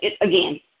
again